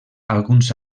alguns